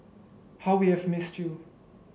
how we have missed you